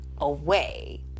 away